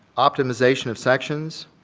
optimization of sections,